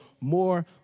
more